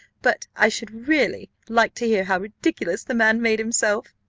but i should really like to hear how ridiculous the man made himself.